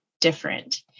different